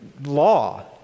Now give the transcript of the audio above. law